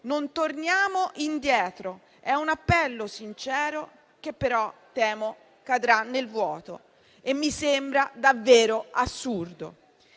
non torniamo indietro: è un appello sincero che però temo cadrà nel vuoto, e mi sembra davvero assurdo.